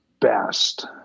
best